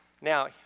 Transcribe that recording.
Now